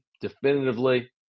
definitively